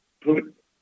put